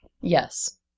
Yes